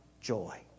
joy